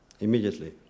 immediately